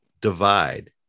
divide